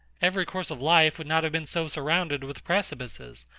every course of life would not have been so surrounded with precipices,